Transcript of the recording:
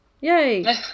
Yay